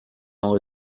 all